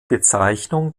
bezeichnung